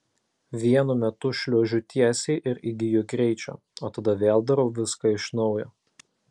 vienu metu šliuožiu tiesiai ir įgyju greičio o tada vėl darau viską iš naujo